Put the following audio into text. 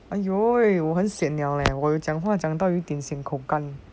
!aiyo! eh 我很 sian liao leh 我有讲话讲到已经口干